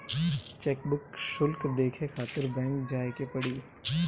chequebook शुल्क देखे खातिर बैंक जाए के पड़ी